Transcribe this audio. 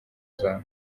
zawe